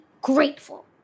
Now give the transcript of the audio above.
grateful